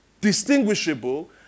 distinguishable